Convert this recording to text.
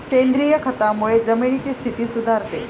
सेंद्रिय खतामुळे जमिनीची स्थिती सुधारते